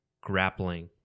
grappling